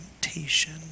temptation